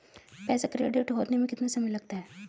पैसा क्रेडिट होने में कितना समय लगता है?